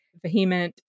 vehement